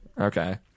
Okay